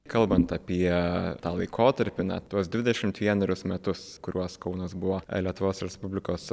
kalbant apie tą laikotarpį na tuos dvidešimt vienerius metus kuriuos kaunas buvo lietuvos respublikos